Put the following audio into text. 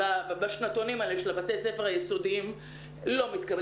בשנתונים האלה של בי הספר היסודיים לא מתקבל.